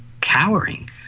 cowering